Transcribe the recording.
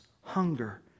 hunger